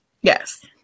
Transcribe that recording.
Yes